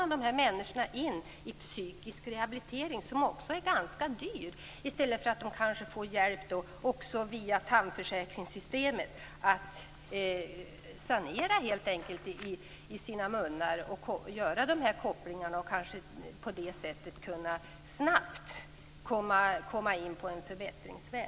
De här människorna kan tvingas in i psykisk rehabilitering, som dessutom är ganska dyr, i stället för att få hjälp t.ex. via tandförsäkringssystemet att helt enkelt sanera i sina munnar. Man måste kunna göra de här kopplingarna så att patienterna snabbt kan komma in på en förbättringsväg.